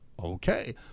okay